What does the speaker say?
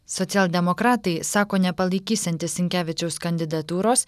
socialdemokratai sako nepalaikysiantys sinkevičiaus kandidatūros